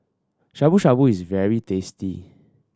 Shabu Shabu is very tasty